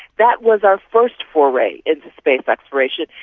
that was our first foray into space exploration,